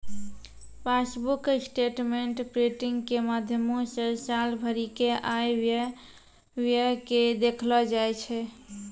passbook statement printing के माध्यमो से साल भरि के आय व्यय के देखलो जाय छै